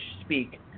speak